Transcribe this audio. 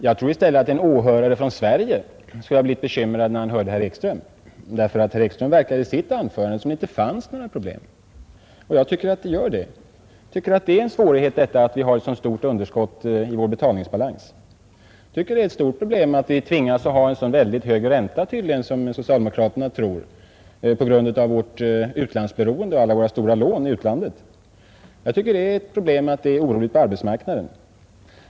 Jag tror i stället att en åhörare i Sverige skulle ha blivit bekymrad när han lyssnade till herr Ekström, därför att av herr Ekströms anförande verkade det som om det inte funnes några svårigheter. Jag tycker att det gör det. Det är ett stort problem att vi har ett så betydande underskott i vår betalningsbalans. Det är ett stort problem att vi tvingas ha en så hög ränta — enligt socialdemokraterna själva på grund av vårt beroende av utlandet genom våra stora lån där. Jag tror att det är ett problem att det är oroligt på arbetsmarknaden.